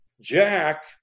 Jack